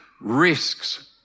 risks